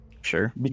Sure